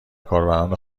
کاربران